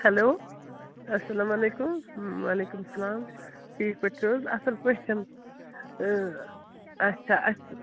hello اَسلامُ علیکُم وعلیکُم سَلام ٹھیٖک پٲٹھۍ چھِو حظ اَصٕل پٲٹھۍ اَچھا اَسہِ